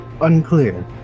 Unclear